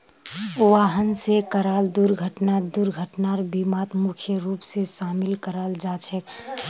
वाहन स कराल दुर्घटना दुर्घटनार बीमात मुख्य रूप स शामिल कराल जा छेक